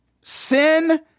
Sin